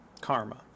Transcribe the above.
Karma